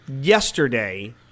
yesterday